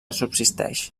subsisteix